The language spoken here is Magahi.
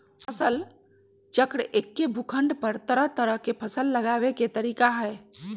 फसल चक्र एक्के भूखंड पर तरह तरह के फसल लगावे के तरीका हए